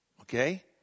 Okay